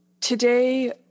today